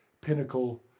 pinnacle